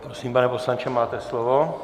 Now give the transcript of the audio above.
Prosím, pane poslanče, máte slovo.